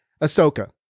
Ahsoka